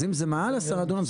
אז אם זה מעל 10 דונם,